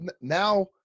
now